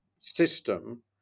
system